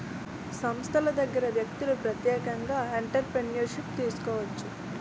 సంస్థల దగ్గర వ్యక్తులు ప్రత్యేకంగా ఎంటర్ప్రిన్యూర్షిప్ను తీసుకోవచ్చు